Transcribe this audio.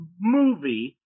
movie